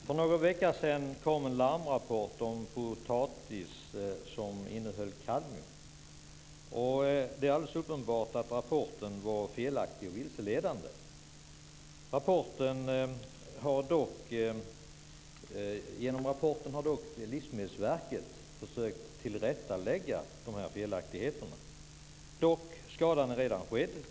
Fru talman! För någon vecka sedan kom en larmrapport om potatis som innehöll kadmium. Det är alldeles uppenbart att rapporten var felaktig och vilseledande. Livsmedelsverket har försökt tillrättalägga felaktigheterna i rapporten. Skadan är dock redan skedd.